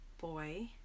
boy